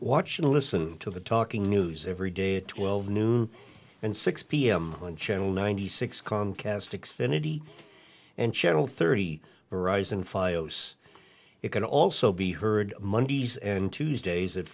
watch and listen to the talking news every day at twelve noon and six pm on channel ninety six comcast six finity and channel thirty verizon fi os it can also be heard mondays and tuesdays at